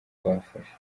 rwafashe